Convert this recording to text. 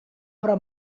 però